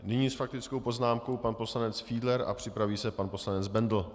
Nyní s faktickou poznámkou pan poslanec Fiedler a připraví se pan poslanec Bendl.